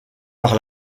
par